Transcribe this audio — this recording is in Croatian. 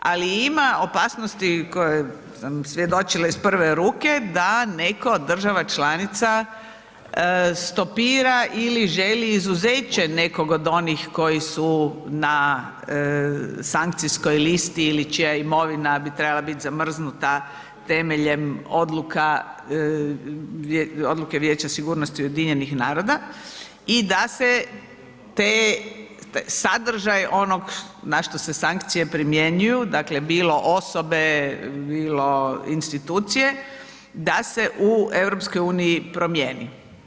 Ali ima opasnosti kojoj sam svjedočila iz prve ruke da netko od država članica stopira ili želi izuzeće nekog od onih koji su na sankcijskoj listi ili čija imovina bi trebala biti zamrznuta temeljem odluka, odluke Vijeća sigurnosti UN-a i da se te sadržaj onog na što se sankcije primjenjuju, dakle bilo osobe, bilo institucije da se u EU promijeni.